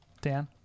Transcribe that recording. Dan